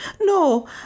No